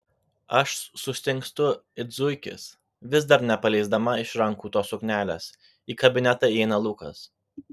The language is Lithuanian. aš sustingstu it zuikis vis dar nepaleisdama iš rankų tos suknelės į kabinetą įeina lukas